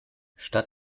statt